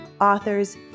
authors